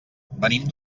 venim